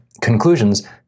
conclusions